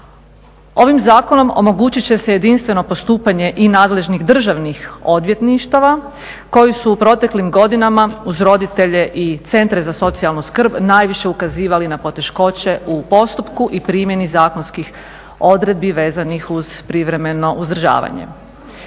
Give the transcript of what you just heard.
Ovim zakonom omogućit će se jedinstveno postupanje i nadležnih državnih odvjetništava koji su u proteklim godinama uz roditelje i centre za socijalnu skrb najviše ukazivali na poteškoće u postupku i primjeni zakonskih odredbi vezanih uz privremeno uzdržavanje.